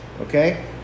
okay